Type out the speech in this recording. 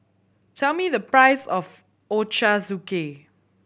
tell me the price of Ochazuke